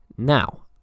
Now